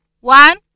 One